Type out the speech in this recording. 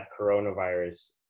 coronavirus